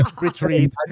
retreat